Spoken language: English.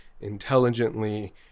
intelligently